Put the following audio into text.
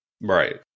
Right